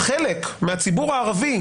חלק מהציבור הערבי,